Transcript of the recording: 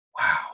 wow